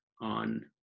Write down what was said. on